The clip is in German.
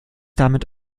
damit